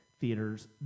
theaters